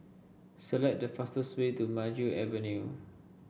select the fastest way to Maju Avenue